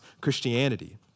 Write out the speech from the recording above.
Christianity